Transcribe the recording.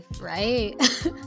right